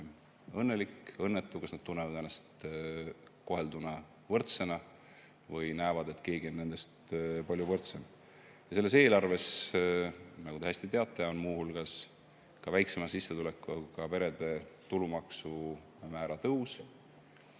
õnnelik või õnnetu? Kas nad tunnevad ennast kohelduna võrdsena või näevad, et keegi on nendest palju võrdsem? Selles eelarves, nagu te hästi teate, on muu hulgas ka väiksema sissetulekuga peredele tulumaksumäära tõus.